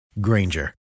Granger